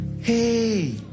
Hey